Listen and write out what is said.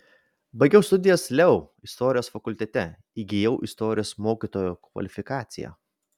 baigiau studijas leu istorijos fakultete įgijau istorijos mokytojo kvalifikaciją